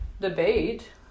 debate